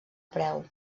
preu